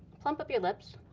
plump up your lips,